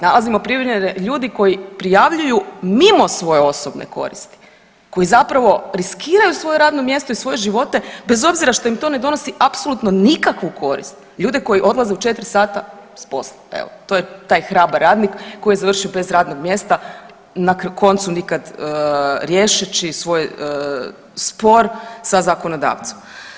Nalazimo primjere ljudi koji prijavljuju mimo svoje osobne koristi koji zapravo riskiraju svoje radno mjesto i svoje živote bez obzira što im to ne donosi apsolutno nikakvu korist, ljude koji odlaze u 4 sata s posla, evo to je taj hrabar radnik koji je završio bez radnog mjesta na koncu nikad riješeći svoj spor sa zakonodavcem.